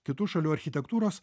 kitų šalių architektūros